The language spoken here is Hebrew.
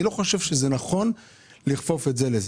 אני לא חושב שנכון לכפוף את זה לזה.